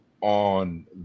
on